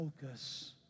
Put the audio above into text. focus